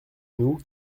nous